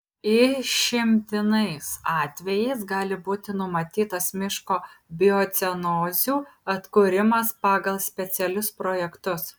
išimtiniais atvejais gali būti numatytas miško biocenozių atkūrimas pagal specialius projektus